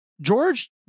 George